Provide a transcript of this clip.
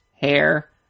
hair